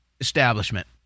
establishment